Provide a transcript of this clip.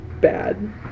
bad